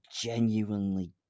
genuinely